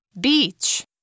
Beach